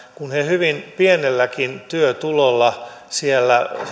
kun he hyvin pienelläkin työtulolla siellä